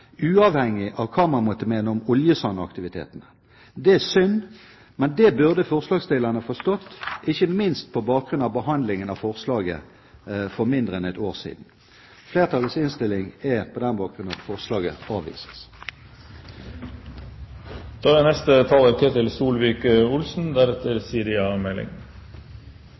uavhengig av hva man måtte mene om oljesandaktiviteten. Det er synd, men det burde forslagsstillerne forstått – ikke minst på bakgrunn av behandlingen av forslaget for mindre enn ett år siden. Flertallets innstilling er på denne bakgrunn at forslaget avvises. Denne saken er